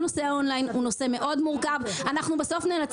ואנחנו גאים בזה,